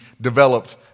developed